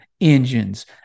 engines